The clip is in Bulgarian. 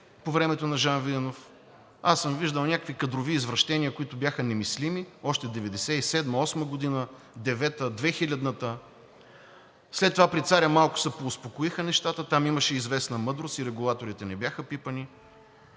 по времето на Жан Виденов. Аз съм виждал някакви кадрови извращения, които бяха немислими, още в 1997 – 1998 г., 1999-а, 2000-та. След това при царя малко се поуспокоиха нещата, там имаше известна мъдрост и регулаторите не бяха пипани.